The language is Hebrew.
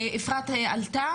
האם אפרת עלתה?